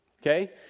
okay